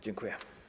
Dziękuję.